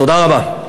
תודה רבה.